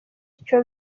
ico